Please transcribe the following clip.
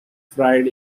fried